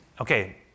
Okay